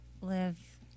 live